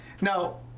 Now